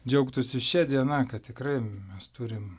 džiaugtųsi šia diena kad tikrai mes turim